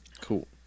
Cool